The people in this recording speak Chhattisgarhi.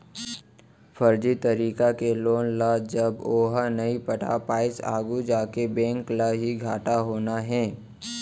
फरजी तरीका के लोन ल जब ओहा नइ पटा पाइस आघू जाके बेंक ल ही घाटा होना हे